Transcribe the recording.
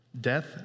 Death